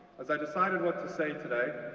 as i decided what to say today,